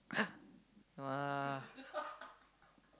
!huh! no lah